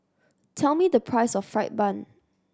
tell me the price of fried bun